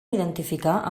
identificar